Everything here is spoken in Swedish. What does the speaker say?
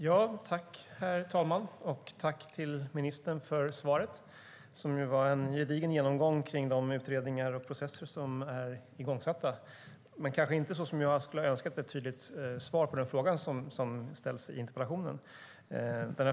Herr talman! Jag tackar ministern för svaret, som ju var en gedigen genomgång av de utredningar och processer som är igångsatta men kanske inte - vilket jag skulle ha önskat - ett tydligt svar på den fråga som ställdes i interpellationen.